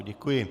Děkuji.